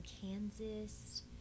Kansas